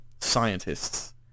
scientists